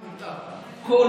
לא ליכוד, הכול מותר.